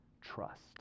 trust